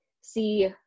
see